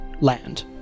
land